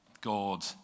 God